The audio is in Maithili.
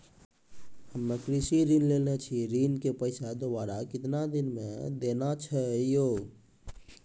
हम्मे कृषि ऋण लेने छी ऋण के पैसा दोबारा कितना दिन मे देना छै यो?